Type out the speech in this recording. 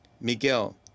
Miguel